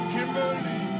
Kimberly